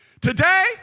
Today